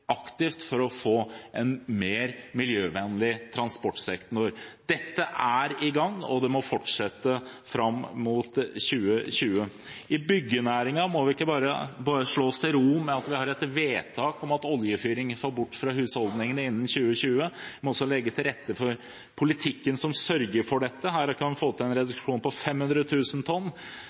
aktivt for å få en mer miljøvennlig transportsektor. Dette er i gang, og det må fortsette fram mot 2020. I byggenæringen må vi ikke bare slå oss til ro med at vi har et vedtak om å få bort oljefyring fra husholdningene innen 2020, vi må også legge til rette for politikken som sørger for dette. Her kan vi få til en reduksjon på 500 000 tonn.